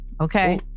okay